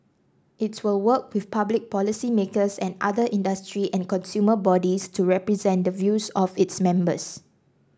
its will work with public policymakers and other industry and consumer bodies to represent the views of its members